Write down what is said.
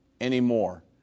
anymore